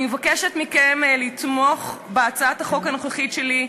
ואני מבקשת מכם לתמוך בהצעת החוק הנוכחית שלי,